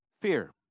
fear